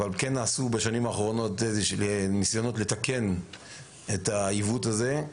אבל כן נעשו בשנים האחרונות ניסיונות לתקן את העיוות הזה.